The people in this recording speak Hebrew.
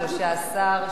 13,